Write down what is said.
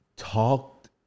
Talked